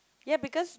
ya because